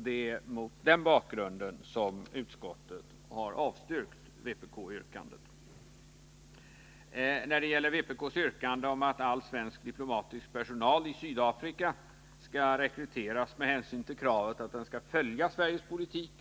Det är mot denna bakgrund som utskottet har avstyrkt vpk-yrkandet. När det gäller vpk:s yrkande om att all svensk diplomatisk personal i Sydafrika skall rekryteras med hänsyn till kravet på att den skall följa svensk politik